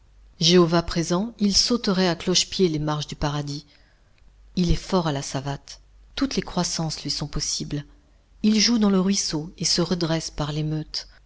jéhovah présent il sauterait à cloche-pied les marches du paradis il est fort à la savate toutes les croissances lui sont possibles il joue dans le ruisseau et se redresse par l'émeute